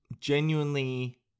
genuinely